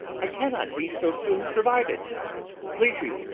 i cannot be so soon provided please you,